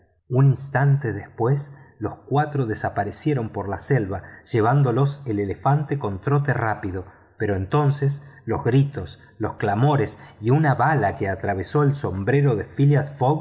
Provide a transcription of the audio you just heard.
un instante después los cuatro desaparecieron por la selva llevándolos el elefante con trote rápido pero entonces los gritos los clamores y una bala que atravesó el sombrero de phileas